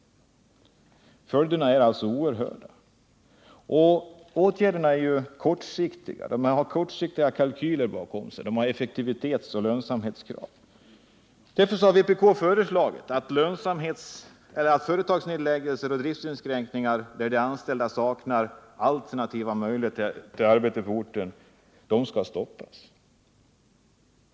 Följderna är alltså oerhörda, medan dessa åtgärder har kortsiktiga kalkyler bakom sig, de har effektivitetsoch lönsamhetskrav. Därför har vpk föreslagit att företagsnedläggelser och driftinskränkningar, där de anställda saknar alternativa möjligheter till arbete på orten, skall stoppas.